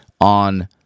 on